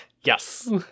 Yes